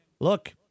look